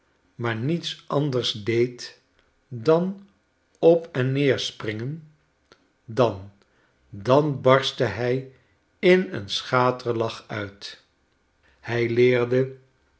maar niets anders deed dan op en neer springen dan dan barstte hi in een schaterlach uit hij leerde